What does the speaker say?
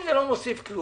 אם זה לא מוסיף כלום,